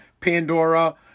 Pandora